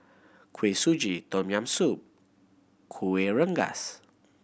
Kuih Suji Tom Yam Soup Kuih Rengas